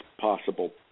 possible